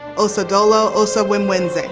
osadolor osawemwenze. and